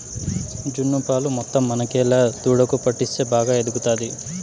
జున్ను పాలు మొత్తం మనకేలా దూడకు పట్టిస్తే బాగా ఎదుగుతాది